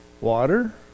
water